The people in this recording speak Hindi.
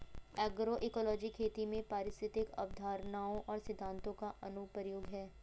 एग्रोइकोलॉजी खेती में पारिस्थितिक अवधारणाओं और सिद्धांतों का अनुप्रयोग है